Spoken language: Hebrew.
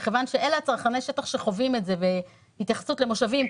מכיוון שאלה צרכני השטח שחווים את זה בהתייחסות למושבים,